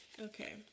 Okay